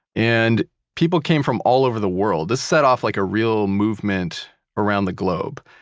and people came from all over the world. this set off like a real movement around the globe.